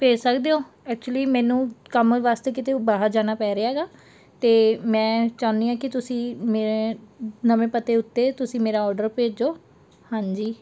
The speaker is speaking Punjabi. ਭੇਜ ਸਕਦੇ ਹੋ ਐਕਚੁਲੀ ਮੈਨੂੰ ਕੰਮ ਵਾਸਤੇ ਕਿਤੇ ਬਾਹਰ ਜਾਣਾ ਪੈ ਰਿਹਾ ਹੈਗਾ ਅਤੇ ਮੈਂ ਚਾਹੁੰਦੀ ਹਾਂ ਕਿ ਤੁਸੀਂ ਮੇਰੇ ਨਵੇਂ ਪਤੇ ਉੱਤੇ ਤੁਸੀਂ ਮੇਰਾ ਔਰਡਰ ਭੇਜੋ ਹਾਂਜੀ